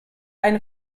eine